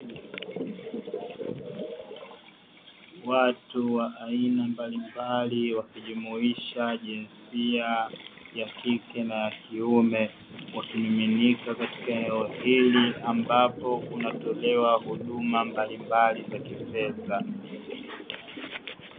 Watu wa aina mbalimbali wakijumuisha jinsia ya kike na ya kiume, wakimiminika katika eneo hili ambapo kunatolewa huduma mbalimbali za kifedha.